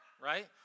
Right